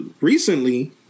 recently